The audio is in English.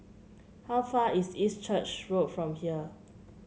how far is East Church Road from here